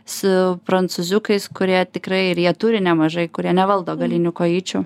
su prancūziukais kurie tikrai ir jie turi nemažai kurie nevaldo galinių kojyčių